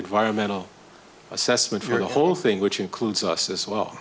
viral mental assessment for the whole thing which includes us as well